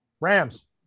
Rams